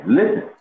listen